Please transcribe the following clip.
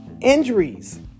injuries